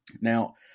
Now